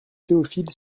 théophile